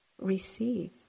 receive